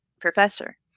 professor